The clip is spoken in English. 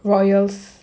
royals